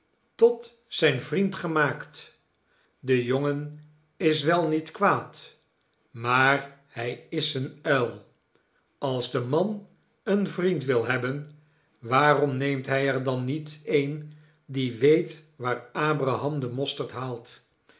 tot zijn vriend gemaakt de jongen is wel niet kwaad maar hij is een uil als de man een vriend wil hebben waarom neemt hij er dan niet een die weet waar abram den mosterd haalt